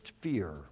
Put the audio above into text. fear